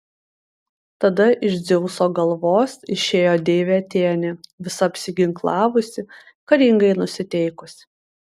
tada iš dzeuso galvos išėjo deivė atėnė visa apsiginklavusi karingai nusiteikusi